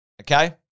okay